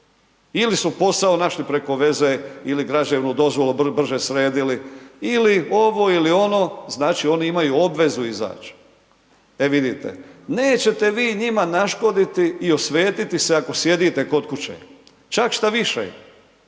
Ili su posao našli preko veze ili građevnu dozvolu brže sredili ili ovo ili ono, znači oni imaju obvezu izać. E vidite, nećete vi njima naškoditi i osvetiti se ako sjedite kod kuće. Čak štoviše,